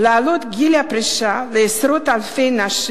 מעדיפה להעלות את גיל הפרישה לעשרות אלפי נשים